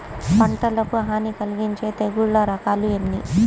పంటకు హాని కలిగించే తెగుళ్ల రకాలు ఎన్ని?